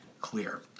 clear